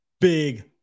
big